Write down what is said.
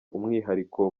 umwihariko